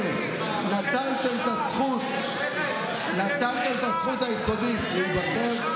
בשנת 2008 נטלתם את הזכות היסודית להיבחר.